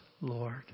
Lord